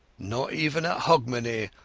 not even at hogmanay,